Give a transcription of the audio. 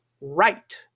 right